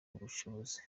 ubushobozi